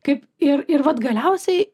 kaip ir ir vat galiausiai